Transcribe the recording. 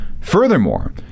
Furthermore